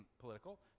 political